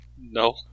No